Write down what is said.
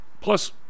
Plus